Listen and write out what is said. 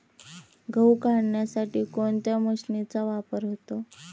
गहू काढण्यासाठी कोणत्या मशीनचा वापर होतो?